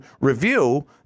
review